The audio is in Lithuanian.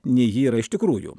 nei ji yra iš tikrųjų